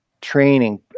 training